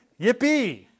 Yippee